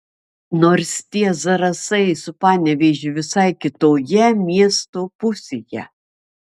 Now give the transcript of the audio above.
nors tie zarasai su panevėžiu visai kitoje miesto pusėje